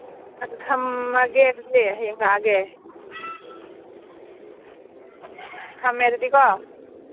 ꯑꯗꯨ ꯊꯝꯃꯒꯦ ꯑꯗꯨꯗꯤ ꯍꯌꯦꯡ ꯂꯥꯛꯑꯒꯦ ꯊꯝꯃꯦ ꯑꯗꯨꯗꯤꯀꯣ